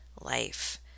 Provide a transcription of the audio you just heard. life